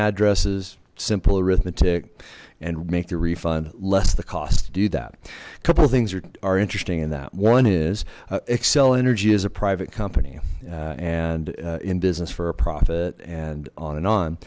addresses simple arithmetic and make the refund less the cost to do that couple of things are interesting in that one is xcel energy is a private company and in business for a profit and on and on